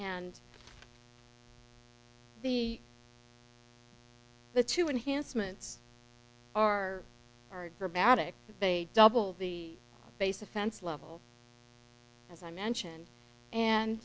and the the two enhancements are are dramatic they double the base offense level as i mentioned and